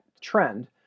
trend